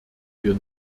wir